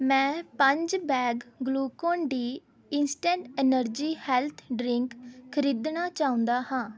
ਮੈਂ ਪੰਜ bag Glucon D instant energy health drink ਖ਼ਰੀਦਣਾ ਚਾਹੁੰਦਾ ਹਾਂ